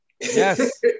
yes